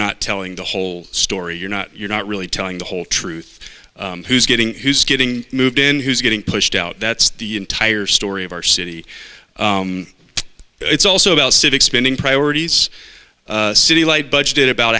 not telling the whole story you're not you're not really telling the whole truth who's getting who's getting moved in who's getting pushed out that's the entire story of our city it's also about civic spending priorities city light budget about